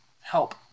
Help